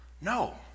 No